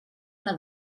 una